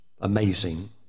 Amazing